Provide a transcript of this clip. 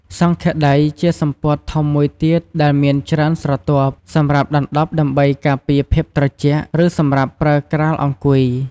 សង្ឃាដីជាសំពត់ធំមួយទៀតដែលមានច្រើនស្រទាប់ សម្រាប់ដណ្ដប់ដើម្បីការពារភាពត្រជាក់ ឬសម្រាប់ប្រើក្រាលអង្គុយ។